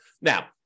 Now